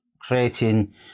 creating